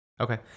Okay